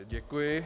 Děkuji.